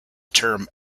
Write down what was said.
term